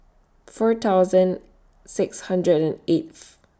four thousand six hundred and eighth